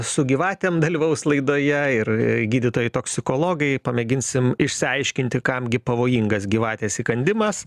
su gyvatėm dalyvaus laidoje ir gydytojai toksikologai pamėginsim išsiaiškinti kam gi pavojingas gyvatės įkandimas